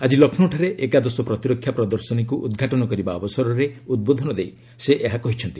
ଆଜି ଲକ୍ଷ୍ରୌଠାରେ ଏକାଦଶ ପ୍ରତିରକ୍ଷା ପ୍ରଦର୍ଶନୀକୁ ଉଦ୍ଘାଟନ କରିବା ଅବସରରେ ଉଦ୍ବୋଧନ ଦେଇ ସେ ଏହା କହିଛନ୍ତି